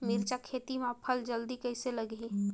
मिरचा खेती मां फल जल्दी कइसे लगही?